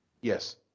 Yes